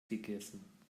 gegessen